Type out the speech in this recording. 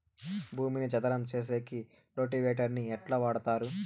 భూమిని చదరం సేసేకి రోటివేటర్ ని ఎట్లా వాడుతారు?